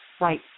Right